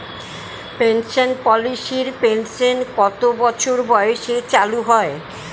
Pension পলিসির pension কত বছর বয়সে চালু হয়?